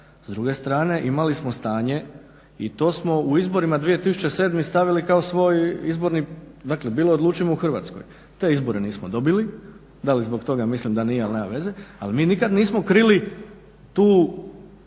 S druge strane imali smo stanje i to smo u izborima 2007. stavili kao svoj izborni, dakle bilo odlučujemo u Hrvatskoj, te izbore nismo dobili, da li zbog toga mislim da nije ali nema veze ali mi nikad nismo krili taj